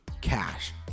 Cash